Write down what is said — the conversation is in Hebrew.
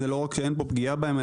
לא רק שאין פה פגיעה בהם,